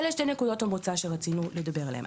אלה שתי נקודות המוצא שרצינו לדבר עליהן.